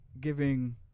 Giving